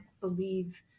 believe